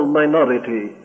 minority